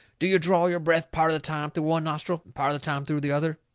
do you draw your breath part of the time through one nostril and part of the time through the other?